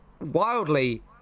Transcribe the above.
wildly